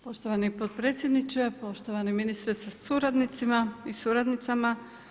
Poštovani potpredsjedniče, poštovani ministre sa suradnicima i suradnicama.